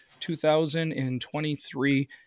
2023